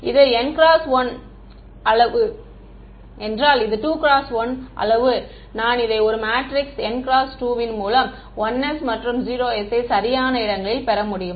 இது n × 1 அளவு என்றால் இது 2 × 1 அளவு நான் இதை ஒரு மேட்ரிக்ஸ் n × 2 ன் மூலம் 1s மற்றும் 0s யை சரியான இடங்களில் பெற முடியும்